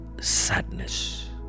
sadness